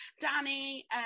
danny